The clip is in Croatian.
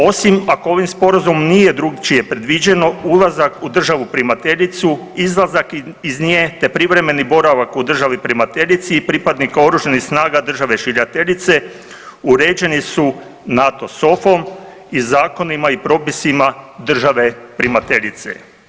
Osim ako ovim Sporazumom nije drukčije predviđeno, ulazak u državu primateljicu, izlazak iz nje te privremeni boravak u državi primateljici i pripadnika OS-a države šiljateljice, uređeni su NATO SOFA-om i zakonima i propisima države primateljice.